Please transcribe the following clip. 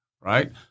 right